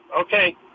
Okay